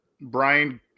brian